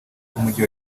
bw’umujyi